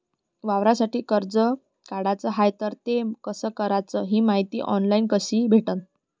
वावरासाठी कर्ज काढाचं हाय तर ते कस कराच ही मायती ऑनलाईन कसी भेटन?